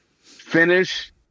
finish